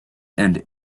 and